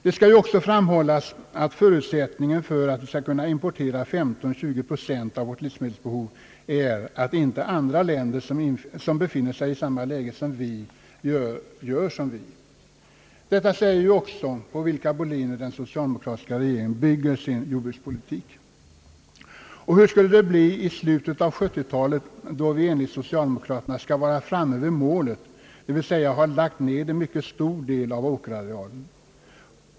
Det skall ju också framhållas, att förutsättningen för att vi skulle kunna importera 15—20 procent av vårt livsmedelsbehov är att inte andra länder, som befinner sig i samma läge som vi, gör som vi. Detta säger ju också på vilka boliner den socialdemokratiska regeringen bygger sin jordbrukspolitik. Och hur skulle det bli i slutet av 1970-talet, då vi enligt socialdemokraterna skall vara framme vid målet, d. v. s. ha lagt ned en mycket stor del av åkerarealen?